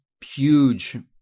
huge